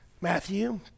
Matthew